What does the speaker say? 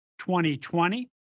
2020